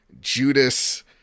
Judas